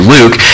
Luke